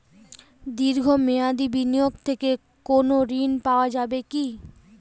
দীর্ঘ মেয়াদি বিনিয়োগ থেকে কোনো ঋন পাওয়া যাবে কী?